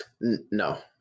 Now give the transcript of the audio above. No